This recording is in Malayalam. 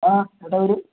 ആ ചേട്ടാ വരൂ